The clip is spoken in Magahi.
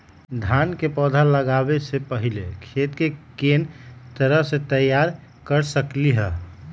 धान के पौधा लगाबे से पहिले खेत के कोन तरह से तैयार कर सकली ह?